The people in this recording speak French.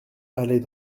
allez